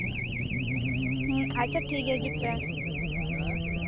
ᱦᱮᱸ ᱟᱪᱪᱷᱟ ᱴᱷᱤᱠ ᱜᱮᱭᱟ ᱦᱤᱡᱩᱜ ᱯᱮ